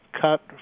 cut